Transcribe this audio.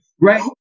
Right